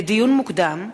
לדיון מוקדם: